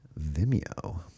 Vimeo